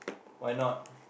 why not